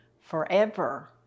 forever